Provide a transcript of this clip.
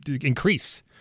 increase